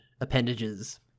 appendages